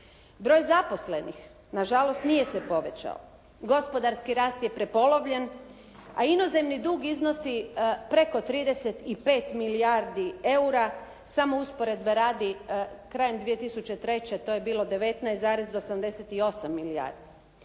Broj zaposlenih na žalost nije se povećao. Gospodarski rast je prepolovljen, a inozemni dug iznosi preko 35 milijardi eura. Samo usporedbe radi, krajem 2003. to je bilo 19,88 milijardi.